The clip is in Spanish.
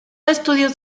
estudios